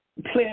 Plan